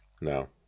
No